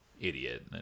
idiot